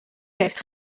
heeft